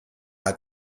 hat